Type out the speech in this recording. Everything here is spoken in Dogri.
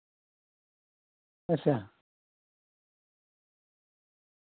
अच्छा